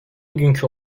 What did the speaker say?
günkü